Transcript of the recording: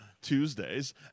Tuesdays